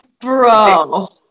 Bro